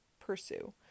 pursue